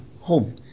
home